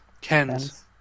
Ken's